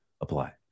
apply